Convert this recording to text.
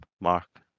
mark